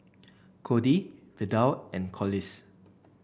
Kody Vidal and Collis